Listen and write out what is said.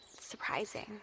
surprising